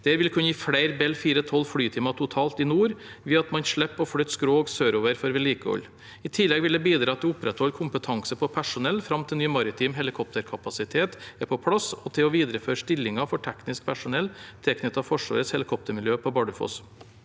Det vil kunne gi flere Bell 412-flytimer totalt i nord ved at man slipper å flytte skrog sørover for vedlikehold. I tillegg vil det bidra til å opprettholde kompetanse på personell fram til ny maritim helikopterkapasitet er på plass, og til å videreføre stillinger for teknisk personell tilknyttet Forsvarets helikoptermiljø på Bardufoss.